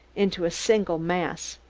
into a single mass.